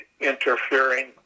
interfering